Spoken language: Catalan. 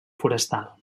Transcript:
forestal